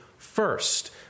First